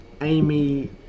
Amy